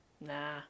Nah